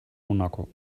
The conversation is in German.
monaco